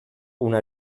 una